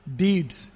deeds